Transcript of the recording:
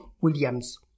Williams